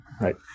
Right